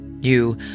You